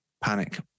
Panic